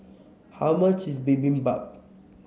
how much is Bibimbap